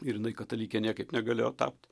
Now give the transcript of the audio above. ir jinai katalikė niekaip negalėjo tapt